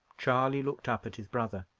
charley looked up at his brother.